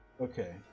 Okay